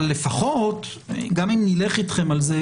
אבל לפחות גם אם נלך אתכם על זה,